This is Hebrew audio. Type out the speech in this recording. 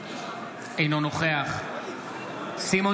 אינו נוכח יולי יואל